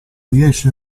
riesce